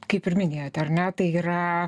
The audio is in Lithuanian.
kaip ir minėjote ar ne tai yra